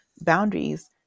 boundaries